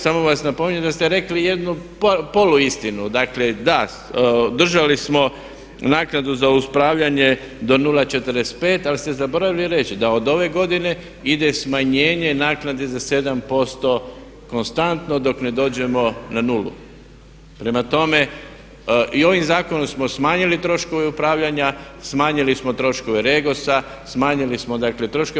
Samo vas napominjem da ste rekli jednu poluistinu, dakle da držali smo naknadu za upravljanje do 0,45 ali ste zaboravili reći da od ove godine ide smanjenje naknade za 7% konstantno dok ne dođemo na 0. Prema tome i ovim zakonom smo smanjili troškove upravljanja, smanjili smo troškove REGOS-a, smanjili smo dakle troškove.